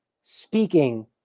speaking